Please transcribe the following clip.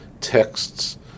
texts